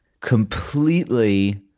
completely